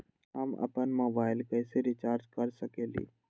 हम अपन मोबाइल कैसे रिचार्ज कर सकेली?